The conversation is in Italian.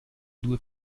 due